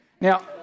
Now